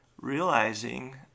realizing